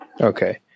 Okay